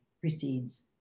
precedes